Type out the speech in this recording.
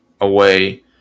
away